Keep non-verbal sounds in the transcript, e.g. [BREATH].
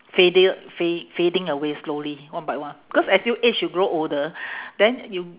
fade~ fad~ fading away slowly one by one because as you age you grow older [BREATH] then you